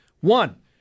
One